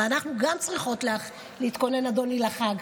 אבל אנחנו גם צריכות להתכונן, אדוני, לחג.